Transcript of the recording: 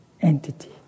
entity